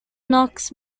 knox